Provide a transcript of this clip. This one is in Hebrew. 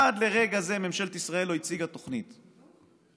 עד לרגע זה ממשלת ישראל לא הציגה תוכנית אמיתית,